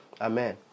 Amen